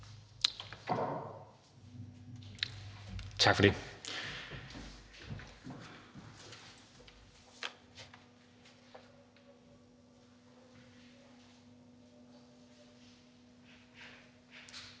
Tak for ordet,